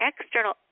external